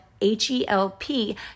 h-e-l-p